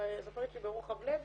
אני זוכרת שהיא ברוחב לב